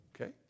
Okay